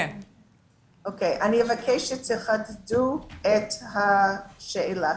מבקשת שתחדדו את השאלה,